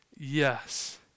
yes